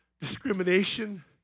Discrimination